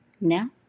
now